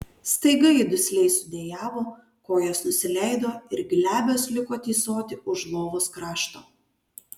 staiga ji dusliai sudejavo kojos nusileido ir glebios liko tysoti už lovos krašto